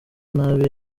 nabi